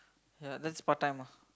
yeah that's part time ah